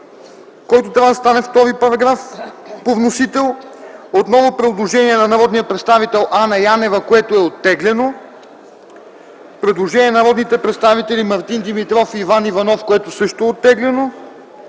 който трябва да стане § 2 по вносител. Отново – предложение на народния представител Анна Янева, което е оттеглено. Предложение на народните представители Мартин Димитров и Иван Иванов, което също е оттеглено.